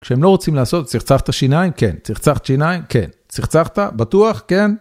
כשהם לא רוצים לעשות, צחצחת שיניים? כן. צחצחת שיניים? כן. צחצחת? בטוח? כן.